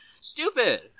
Stupid